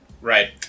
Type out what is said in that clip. Right